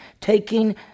taking